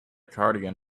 cardigan